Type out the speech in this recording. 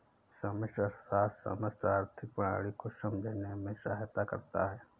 समष्टि अर्थशास्त्र समस्त आर्थिक प्रणाली को समझने में सहायता करता है